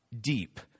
deep